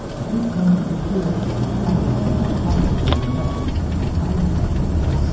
at this point it is clear that deciding which output is the best is highly subjective.